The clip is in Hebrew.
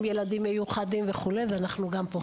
עם ילדים מיוחדים וכולי ואנחנו גם פה.